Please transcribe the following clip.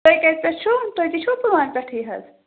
تُہۍ کَتہِ پٮ۪ٹھ چھُو تُہۍ تہِ چھُو پُلوامہِ پٮ۪ٹھٕے حظ